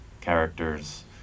characters